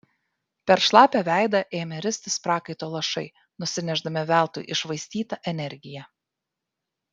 per šlapią veidą ėmė ristis prakaito lašai nusinešdami veltui iššvaistytą energiją